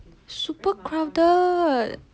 super crowded